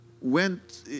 went